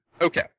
Okay